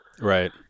right